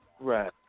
Right